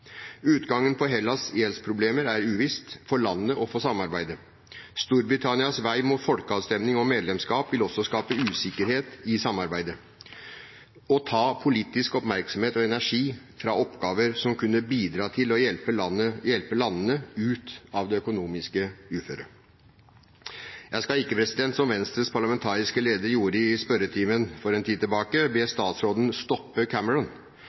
Utgangen på Hellas´ gjeldsproblemer er uvisst for landet og for samarbeidet. Storbritannias vei mot folkeavstemning om medlemskap vil også skape usikkerhet i samarbeidet og ta politisk oppmerksomhet og energi fra oppgaver som kunne bidra til å hjelpe landene ut av det økonomiske uføret. Jeg skal ikke, som Venstres parlamentariske leder gjorde i spørretimen for en tid tilbake, be statsråden «stoppe Cameron».